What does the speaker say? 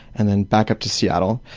and then back up to seattle.